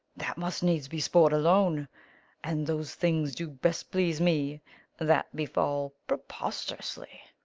that must needs be sport alone and those things do best please me that befall prepost'rously.